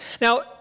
Now